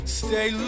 stay